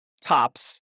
tops